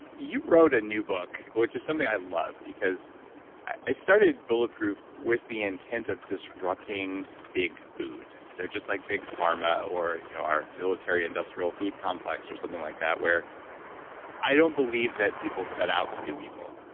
you've wrote a new book, which is something i love because i started bulletproof with the intent of disrupting big food. they're just like big pharma or you know our military industrial food complex or something like that where i don't believe that people set out to do evil,